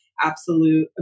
absolute